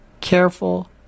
careful